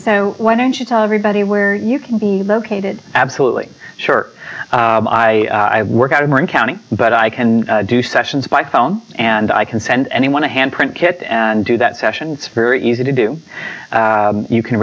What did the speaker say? so why don't you tell everybody where you can be located absolutely sure i work out of orange county but i can do sessions by phone and i can send anyone a hand print kit and do that sessions fairly easy to do you can